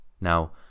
now